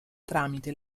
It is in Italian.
tramite